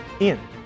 Ian